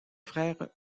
frères